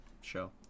show